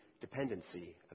dependency